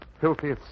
Filthy